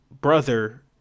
brother